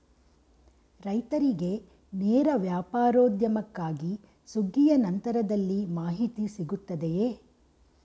ರೈತರಿಗೆ ನೇರ ವ್ಯಾಪಾರೋದ್ಯಮಕ್ಕಾಗಿ ಸುಗ್ಗಿಯ ನಂತರದಲ್ಲಿ ಮಾಹಿತಿ ಸಿಗುತ್ತದೆಯೇ?